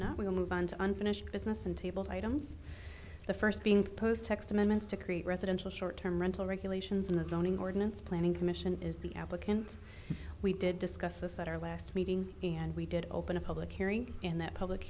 speak we will move on to unfinished business and tabled items the first being proposed text amendments to create residential short term rental regulations and the zoning ordinance planning commission is the applicant we did discuss this at our last meeting and we did open a public hearing and that public